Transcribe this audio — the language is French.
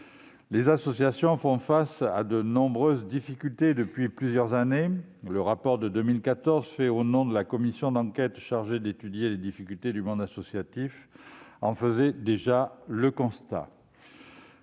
Les associations font face à de nombreuses difficultés depuis plusieurs années. Le rapport de la commission d'enquête chargée d'étudier les difficultés du monde associatif en faisait déjà le constat